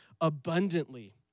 abundantly